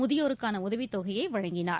முதியோருக்கானஉதவித்தொகையைவழங்கினார்